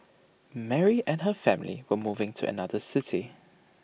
Mary and her family were moving to another city